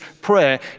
prayer